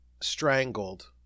strangled